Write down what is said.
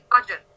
budget